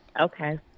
Okay